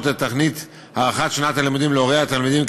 את תוכנית הארכת שנת הלימודים להורי התלמידים,